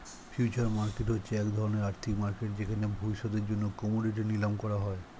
future market হচ্ছে এক ধরণের আর্থিক মার্কেট যেখানে ভবিষ্যতের জন্য কোমোডিটি নিলাম করা হয়